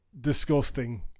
disgusting